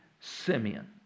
Simeon